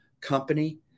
company